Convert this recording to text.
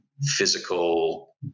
physical